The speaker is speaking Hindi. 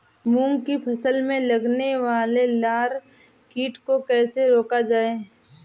मूंग की फसल में लगने वाले लार कीट को कैसे रोका जाए?